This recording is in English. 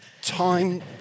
time